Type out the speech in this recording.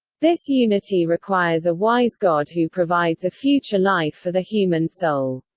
this unity requires a wise god who provides a future life for the human soul.